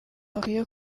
hakwiye